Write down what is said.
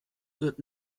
wird